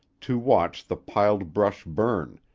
to watch the piled brush burn,